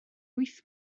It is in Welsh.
wyth